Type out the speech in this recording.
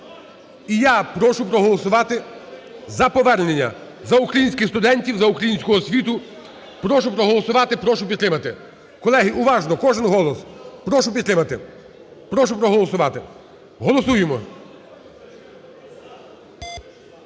і я прошу проголосувати за повернення, за українських студентів, за українську освіту. Прошу проголосувати, прошу підтримати. Колеги, уважно кожен голос, прошу підтримати, прошу проголосувати, голосуємо.